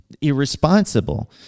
irresponsible